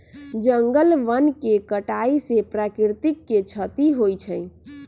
जंगल वन के कटाइ से प्राकृतिक के छति होइ छइ